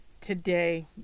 today